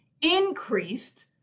increased